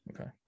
okay